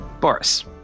Boris